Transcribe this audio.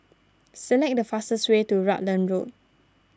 select the fastest way to Rutland Road